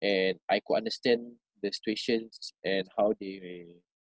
and I could understand the situations and how they